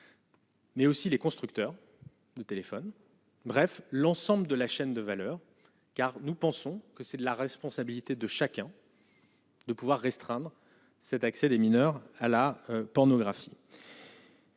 Mais aussi les constructeurs de téléphones, bref l'ensemble de la chaîne de valeur car nous pensons que c'est de la responsabilité de chacun. De pouvoir restreindre cet accès des mineurs à la pornographie.